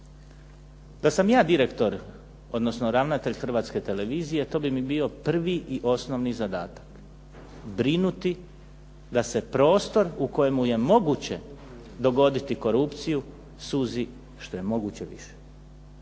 Da sam ja direktor odnosno ravnatelj Hrvatske televizije to bi mi bio prvi i osnovni zadatak. Brinuti da se prostor u kojemu je moguće dogoditi korupciju suzi što je moguće više,